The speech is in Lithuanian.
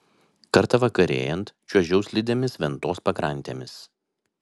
kartą vakarėjant čiuožiau slidėmis ventos pakrantėmis